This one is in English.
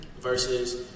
versus